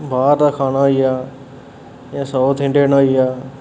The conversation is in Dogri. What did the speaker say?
बाह्र दा खाना होई गेआ जि'यां साऊथ इंडियन होई गेआ